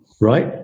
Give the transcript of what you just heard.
right